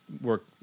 work